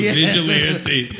vigilante